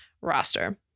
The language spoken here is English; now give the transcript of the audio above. roster